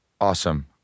Awesome